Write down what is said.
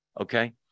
Okay